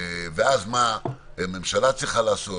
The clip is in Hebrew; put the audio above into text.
ואז מה הממשלה צריכה לעשות,